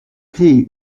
créer